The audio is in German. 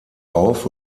auf